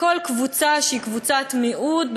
כל קבוצה שהיא קבוצת מיעוט,